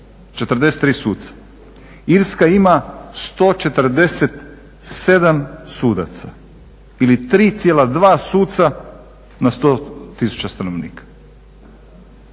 43 suca. Irska ima 147 sudaca ili 3,2 suca na 100 tisuća stanovnika.